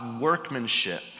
workmanship